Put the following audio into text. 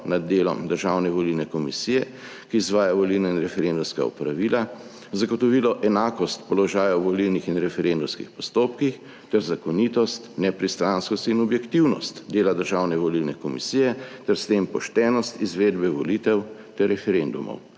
nad delom Državne volilne komisije, ki izvaja volilna in referendumska opravila, zagotovilo enakost položaja v volilnih in referendumskih postopkih ter zakonitost, nepristranskost in objektivnost dela Državne volilne komisije ter s tem poštenost izvedbe volitev ter referendumov,